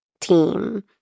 team